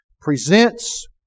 presents